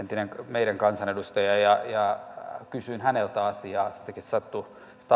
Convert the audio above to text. meidän kansanedustaja ja kysyin häneltä asiaa se tapaaminen sattui